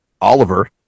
Oliver